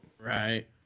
Right